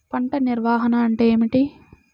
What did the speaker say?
పంట నిర్వాహణ అంటే ఏమిటి?